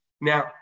Now